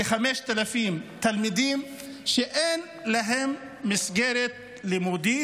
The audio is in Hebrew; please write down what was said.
כ-5,000 תלמידים שאין להם מסגרת לימודית.